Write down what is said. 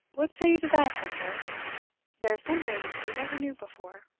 what say you to that, hector there's something you never knew before.